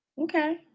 Okay